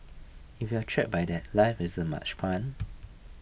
if you are trap by that life isn't much fun